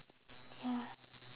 ya